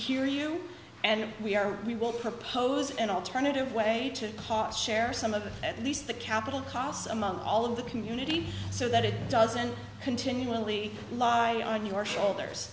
hear you and we are we will propose an alternative way to share some of the at least the capital costs among all of the community so that it doesn't continually lie on your shoulders